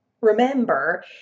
remember